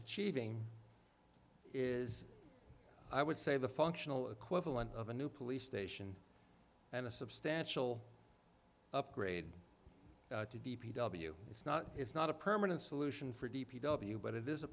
achieving is i would say the functional equivalent of a new police station and a substantial upgrade to d p w it's not it's not a permanent solution for d p w but it is a